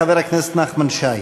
חבר הכנסת נחמן שי.